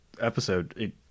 episode